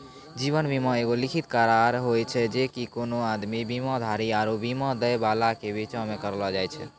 जीवन बीमा एगो लिखित करार होय छै जे कि कोनो आदमी, बीमाधारी आरु बीमा दै बाला के बीचो मे करलो जाय छै